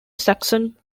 saxon